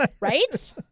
Right